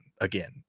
again